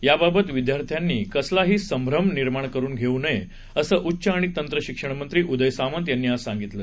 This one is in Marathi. याबाबत विद्यार्थ्यांनी कसलाही संभ्रम निर्माण करून घेऊ नये असं उच्च आणि तंत्र शिक्षण मंत्री उदय सामंत यांनी आज सांगितलं